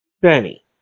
Benny